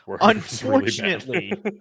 Unfortunately